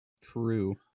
True